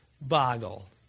Boggle